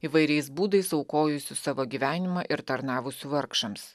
įvairiais būdais aukojusių savo gyvenimą ir tarnavusių vargšams